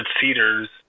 Cedars